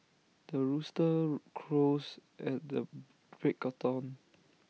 the rooster crows at the break of dawn